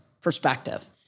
perspective